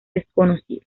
desconocido